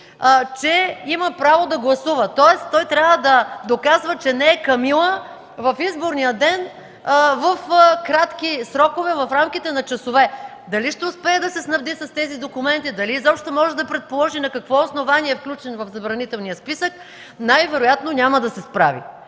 че има право да гласува. Тоест трябва да доказва, че не е камила в изборния ден в кратки срокове – в рамките на часове. Дали ще успее да се снабди с тези документи, дали изобщо може да предположи на какво основание е включен в забранителния списък? Най-вероятно няма да се справи.